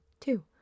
two